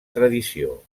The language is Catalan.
tradició